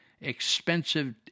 expensive